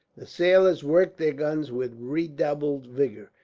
the sailors worked their guns with redoubled vigour,